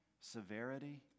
severity